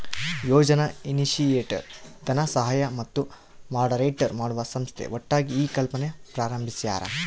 ಯೋಜನಾ initiator ಧನಸಹಾಯ ಮತ್ತು moderate ಮಾಡುವ ಸಂಸ್ಥೆ ಒಟ್ಟಾಗಿ ಈ ಕಲ್ಪನೆ ಪ್ರಾರಂಬಿಸ್ಯರ